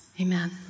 Amen